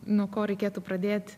nuo ko reikėtų pradėt